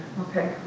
okay